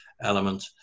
element